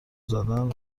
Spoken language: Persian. زدن